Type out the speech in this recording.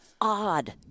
odd